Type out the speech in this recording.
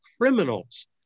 criminals